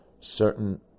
certain